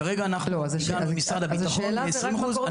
כרגע הגענו עם משרד הביטחון ל-20% --- אז השאלה היא רק מקור תקציבי.